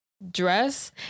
dress